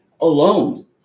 alone